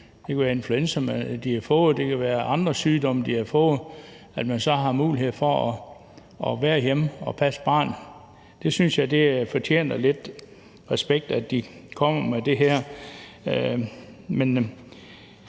det kan være influenza, barnet har fået, eller det kan være andre sygdomme, det har fået – er ønsket, at man har mulighed for at være hjemme og passe barnet. Jeg synes, det fortjener lidt respekt, at de kommer med det her.